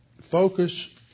focus